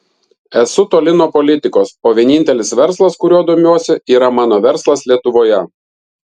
esu toli nuo politikos o vienintelis verslas kuriuo domiuosi yra mano verslas lietuvoje